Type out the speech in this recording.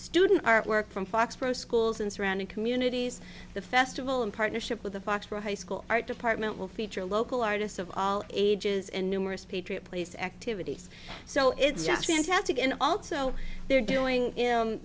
student artwork from foxborough schools and surrounding communities the festival in partnership with the foxboro high school art department will feature local artists of all ages and numerous patriot place activities so it's just fantastic and also they're doing